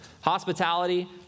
Hospitality